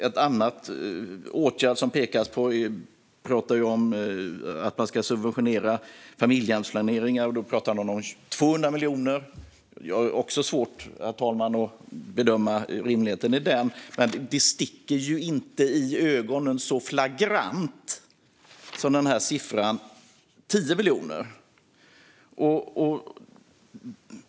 En annan åtgärd som pekas på är att man ska subventionera familjehemsplaceringar. Då pratar man om 200 miljoner. Det har jag också svårt att bedöma rimligheten i, herr talman, men det sticker inte i ögonen så flagrant som siffran 10 miljoner.